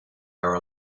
our